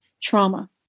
trauma